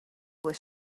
was